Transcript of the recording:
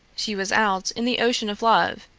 she was out in the ocean of love,